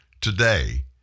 today